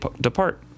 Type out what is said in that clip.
depart